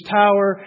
tower